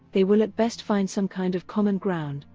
they will at best find some kind of common ground,